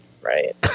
Right